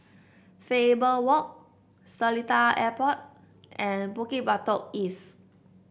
Faber Walk Seletar Airport and Bukit Batok East